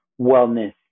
wellness